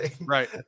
Right